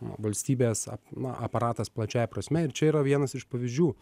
valstybės ap na aparatas plačiąja prasme ir čia yra vienas iš pavyzdžių